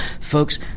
Folks